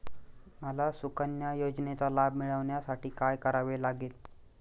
मला सुकन्या योजनेचा लाभ मिळवण्यासाठी काय करावे लागेल?